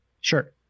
Sure